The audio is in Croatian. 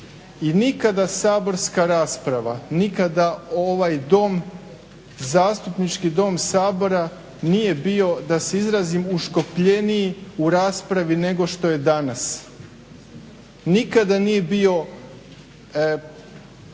nikada saborska rasprava nikada ovaj Dom, zastupnički Dom Sabora nije bio da se izrazim uškopljeniji u raspravi nego što je danas. Nikada nije bio